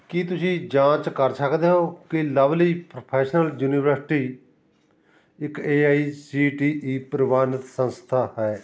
ਕੀ ਤੁਸੀਂ ਜਾਂਚ ਕਰ ਸਕਦੇ ਹੋ ਕਿ ਲਵਲੀ ਪ੍ਰੋਫੈਸ਼ਨਲ ਯੂਨੀਵਰਸਿਟੀ ਇੱਕ A I C T E ਪ੍ਰਵਾਨਿਤ ਸੰਸਥਾ ਹੈ